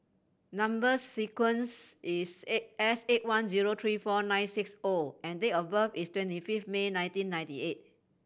number sequence is S eight one zero three four nine six O and date of birth is twenty fifth May nineteen ninety eight